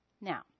Now